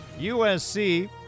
USC